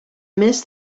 miss